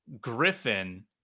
Griffin